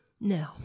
No